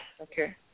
Okay